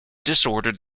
disordered